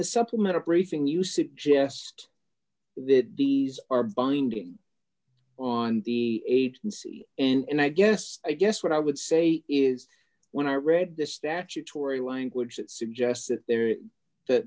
the supplemental briefing you suggest that these are binding on the agency and i guess i guess what i would say is when i read the statutory language that suggests that there